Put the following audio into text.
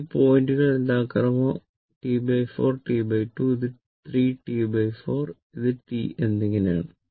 ഈ പോയിന്റുകൾ യഥാക്രമം r T4 T2 ഇത് 3 T4 ഇത് T എന്നിങ്ങിനെ ആണ്